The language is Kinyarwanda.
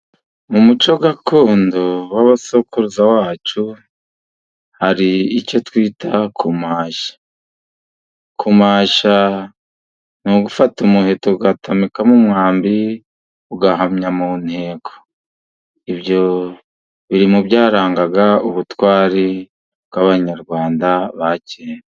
Mu muco gakondo w'abasokuruza wacu hari icyo twita kumasha, kumasha ni ugufata umuheto ugatamikamo umwambi ugahamya mu ntego. Ibyo biri mu byarangaga ubutwari bw'Abanyarwanda ba kera.